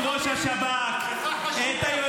ראש השב"כ -- זה ההבדל ביני לבינך: לי חשובים הלוחמים,